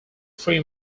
three